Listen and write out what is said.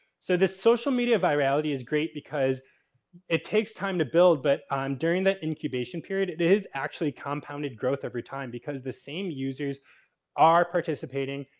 so, this social media virality is great because it takes time to build, but um during that incubation period it is actually compounded growth every time because the same users are participating.